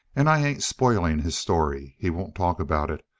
and i ain't spoiling his story. he won't talk about it.